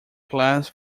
class